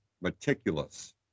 meticulous